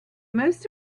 most